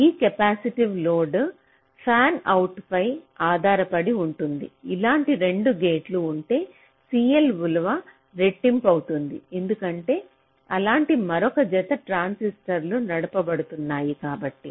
ఈ capacitive load ఫ్యాన్అవుట్పై ఆధారపడి ఉంటుంది అలాంటి 2 గేట్లు ఉంటే CL విలువ రెట్టింపు అవుతుంది ఎందుకంటే అలాంటి మరో జత ట్రాన్సిస్టర్లు నడపబడుతున్నాయి కాబట్టి